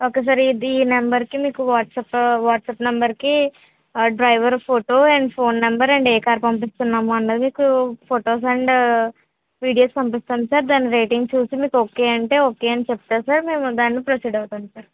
okay sir ఇది ఈ నంబర్కి మీకు వాట్సాప్ వాట్సాప్ నంబర్కి driver photo and phone number and ఏ కార్ పంపిస్తున్నాము అన్నది మీకు ఫొటోస్ అండ్ వీడియోస్ పంపిస్తాం సార్ దాని రేటింగ్ చూసి మీకు ఓకే అంటే ఓకే అని చెప్తే సార్ మేము దాన్ని ప్రొసీడ్ అవుతాము సార్